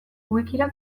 wikira